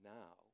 now